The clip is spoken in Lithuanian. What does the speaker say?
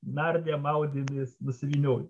nardėm maudėmės nusivyniojom